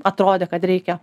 atrodė kad reikia